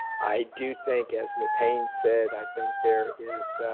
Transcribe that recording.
i do think as ms. haynes said, i think there is